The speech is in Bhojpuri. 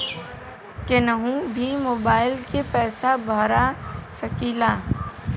कन्हू भी मोबाइल के पैसा भरा सकीला?